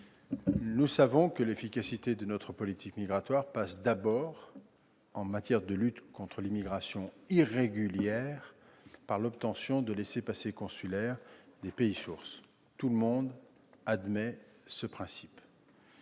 convient, que l'efficacité de notre politique migratoire passe d'abord, en matière de lutte contre l'immigration irrégulière, par l'obtention de laissez-passer consulaires des pays sources. Je ne vais pas citer